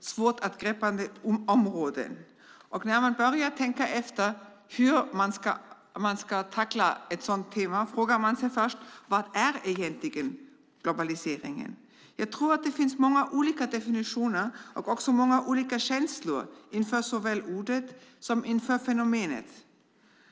svårgreppade områden. När man funderar på hur man ska tackla ett sådant tema frågar man sig först: Vad är egentligen globalisering? Det finns många olika definitioner och också många olika känslor inför såväl ordet som fenomenet.